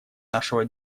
нашего